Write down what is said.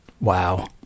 wow